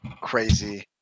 crazy